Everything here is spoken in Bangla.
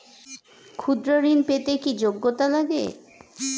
ক্ষুদ্র ঋণ পেতে কি যোগ্যতা লাগে?